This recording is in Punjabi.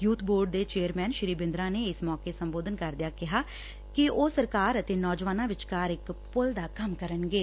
ਯੁਥ ਬੋਰਡ ਦੇ ਚੇਅਰਮੈਨ ਸ੍ਰੀ ਬਿੰਦਰਾ ਨੇ ਇਸ ਮੌਕੇ ਸੰਬੋਧਨ ਕਰਦਿਆਂ ਕਿਹਾ ਕਿ ਉਹ ਸਰਕਾਰ ਅਤੇ ਨੌਜਵਾਨਾਂ ਵਿਚਕਾਰ ਇਕ ਪੁਲ ਦਾ ਕੰਮ ਕਰਨਗੇ